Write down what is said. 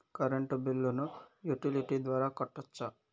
Current బిల్లును utility ద్వారా కట్టొచ్చా?